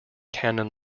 canon